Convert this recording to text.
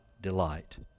delight